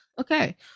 okay